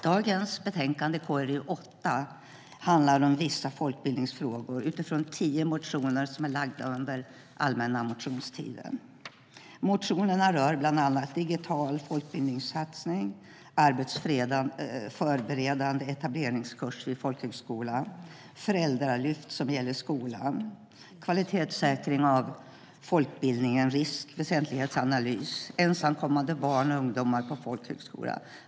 Dagens betänkande, KrU8, handlar om vissa folkbildningsfrågor med utgångspunkt i tio motioner från den allmänna motionstiden. Motionerna rör bland annat digital folkbildningssatsning, arbetsförberedande etableringskurs vid folkhögskola, föräldralyft som gäller skolan, kvalitetssäkring av folkbildningen, risk och väsentlighetsanalys samt ensamkommande barn och ungdomar på folkhögskola.